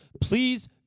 please